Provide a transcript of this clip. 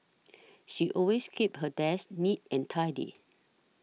she always keeps her desk neat and tidy